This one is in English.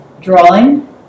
drawing